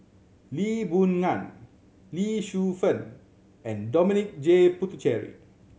Lee Boon Ngan Lee Shu Fen and Dominic J Puthucheary